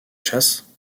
chasse